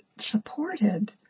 supported